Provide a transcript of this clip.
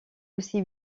aussi